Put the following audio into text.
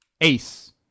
Ace